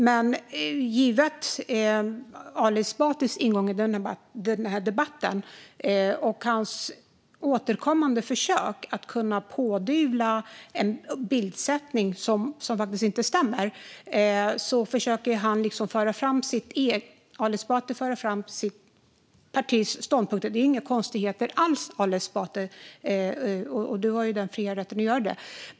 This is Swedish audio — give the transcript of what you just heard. Ali Esbati har sin ingång i denna debatt. Han gör återkommande försök att pådyvla oss en bildsättning som faktiskt inte stämmer. På så sätt försöker Ali Esbati föra fram sitt partis ståndpunkter. Det är inga konstigheter alls, Ali Esbati. Du har den fria rätten att göra det.